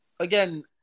Again